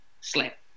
slap